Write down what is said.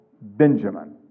Benjamin